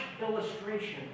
illustration